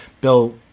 Bill